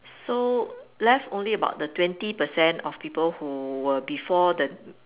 so left only about the twenty percent of people who were before the